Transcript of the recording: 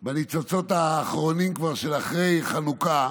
כבר בניצוצות האחרונים של אחרי חנוכה,